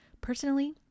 Personally